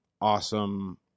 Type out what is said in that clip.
awesome